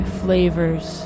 flavors